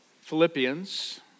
Philippians